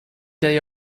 day